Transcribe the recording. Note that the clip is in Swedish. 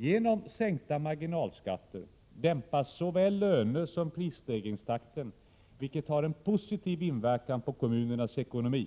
Genom sänkta marginalskatter dämpas såväl löner som prisstegringstakten, vilket har en positiv inverkan på kommunernas ekonomi.